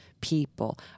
people